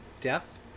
death